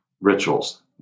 rituals